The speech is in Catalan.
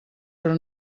però